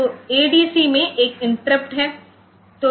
तो एडीसी में एक इंटरप्ट है